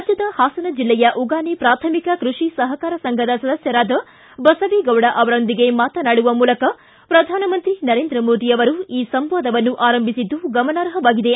ರಾಜ್ಯದ ಪಾಸನ ಜಿಲ್ಲೆಯ ಉಗಾನೆ ಪ್ರಾಥಮಿಕ ಕೃಷಿ ಸಹಕಾರ ಸಂಘದ ಸದಸ್ನರಾದ ಬಸವೇಗೌಡ ಅವರೊಂದಿಗೆ ಮಾತನಾಡುವ ಮೂಲಕ ಪ್ರಧಾನಮಂತ್ರಿ ನರೇಂದ್ರ ಮೋದಿ ಅವರು ಈ ಸಂವಾದವನ್ನು ಆರಂಭಿಸಿದ್ದು ಗಮನಾರ್ಹವಾಗಿದೆ